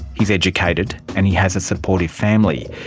he's educated and he has a supportive family.